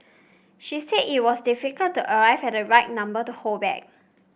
she said it was difficult to arrive at the right number to hold back